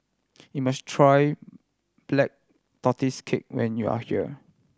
you must try Black Tortoise Cake when you are here